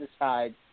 decide